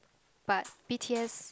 but b_t_s